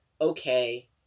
okay